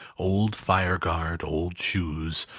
old fire-guard, old shoes,